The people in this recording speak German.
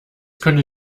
könnte